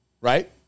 right